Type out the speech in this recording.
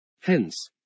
Hence